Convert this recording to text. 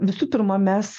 visų pirma mes